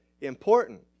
important